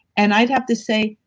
and i'd have to say,